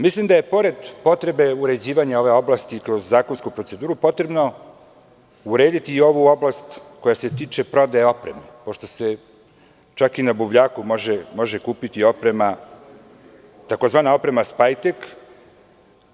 Mislim da je pored potrebe uređivanja ove oblasti kroz zakonsku proceduru potrebno urediti i ovu oblast koja se tiče prodaje opreme, pošto se čak i na buvljaku može kupiti oprema, tzv. oprema „spajtek“